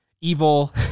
evil